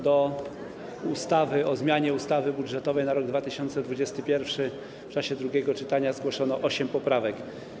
Do ustawy o zmianie ustawy budżetowej na rok 2021 w czasie drugiego czytania zgłoszono osiem poprawek.